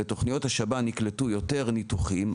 ותוכניות השב"ן יקלטו יותר ניתוחים,